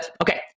okay